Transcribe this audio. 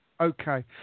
Okay